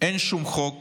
אין שום חוק